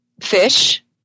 fish